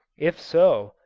if so,